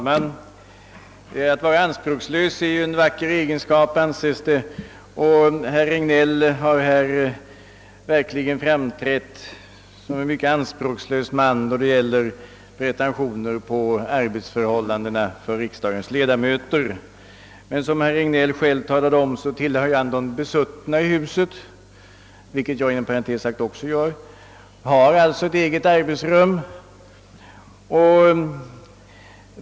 Herr talman! Anspråkslöshet anses ju vara en vacker egenskap, och herr Regnéll har här verkligen framträtt som en mycket anspråkslös man då det gäller pretentioner på arbetsförhållandena för riksdagens ledamöter. Men som herr Regnéll talade om tillhör han de »besuttna» i huset — vilket jag inom parentes sagt också gör — och har alltså eget arbetsrum.